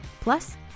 Plus